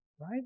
Right